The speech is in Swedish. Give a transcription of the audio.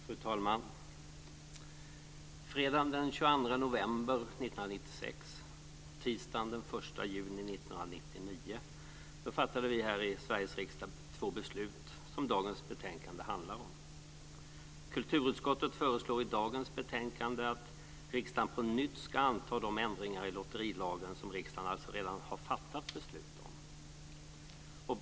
Fru talman! Fredagen den 22 november 1996 och tisdagen den 1 juni 1999 fattade vi här i Sveriges riksdag två beslut som dagens betänkande handlar om. Kulturutskottet föreslår i dagens betänkande att riksdagen på nytt ska anta de ändringar i lotterilagen som riksdagen alltså redan har fattat beslut om.